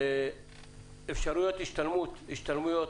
אפשרות השתלמויות